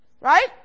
right